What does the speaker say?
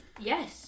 Yes